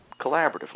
collaboratively